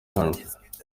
rihanna